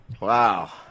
Wow